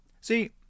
See